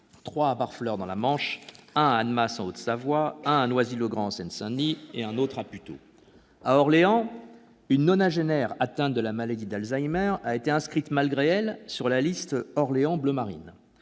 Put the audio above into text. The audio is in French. trois à Barfleur, dans la Manche, un à Annemasse, en Haute-Savoie, un à Noisy-le-Grand, en Seine-Saint-Denis, et un à Puteaux. À Orléans, une nonagénaire atteinte de la maladie d'Alzheimer a été inscrite, malgré elle, sur la liste Orléans Bleu Marine.